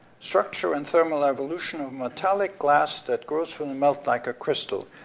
structure and thermal evolution of a metallic glass that grows from the melt like a crystal.